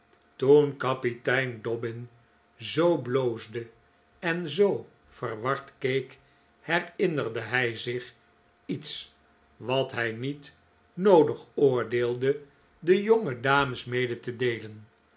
toen kapitein dobbin zoo bloosde en zoo verward keek herinnerde hij zich iets wat hij niet noodig oordeelde de jonge dames mede te deelen